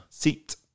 Seat